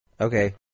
Okay